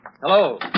Hello